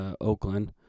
Oakland